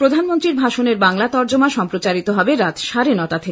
প্রধানমন্ত্রীর ভাষণের বাংলা তর্জমা সম্প্রচারিত হবে রাত সাড়ে নটা থেকে